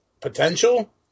potential